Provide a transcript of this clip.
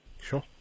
Sure